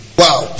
wow